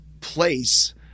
place